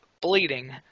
bleeding